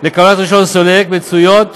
לקבלת רישיון סולק מצויות